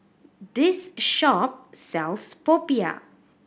this shop sells popiah